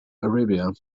arabia